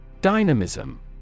Dynamism